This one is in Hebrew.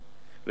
לפי המוצע,